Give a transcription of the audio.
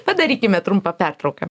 padarykime trumpą pertrauką